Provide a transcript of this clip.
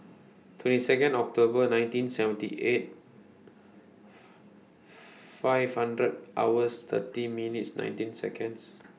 twenty Second October nineteen seventy eight five hundred hours thirty minutes nineteen Seconds